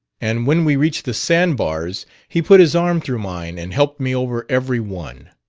and when we reached the sandbars he put his arm through mine and helped me over every one.